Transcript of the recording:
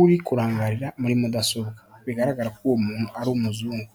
uri kurangarira muri mudasobwa, bigaragara ko uwo muntu ari umuzungu.